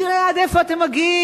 תראה עד איפה אתם מגיעים.